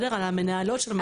על המנהלות.